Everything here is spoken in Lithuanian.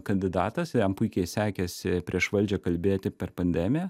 kandidatas jam puikiai sekėsi prieš valdžią kalbėti per pandemiją